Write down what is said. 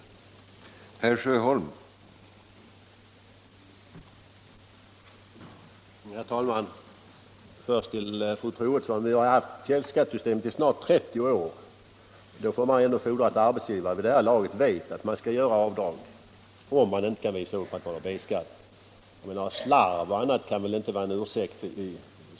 Tisdagen den